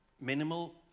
minimal